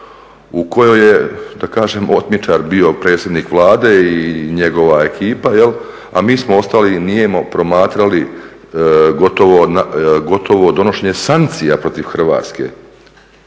u kojoj je da kažem otmičar bio predsjednik Vlade i njegova ekipa jel', a mi smo ostali nijemo promatrali gotovo donošenje sankcija protiv Hrvatske.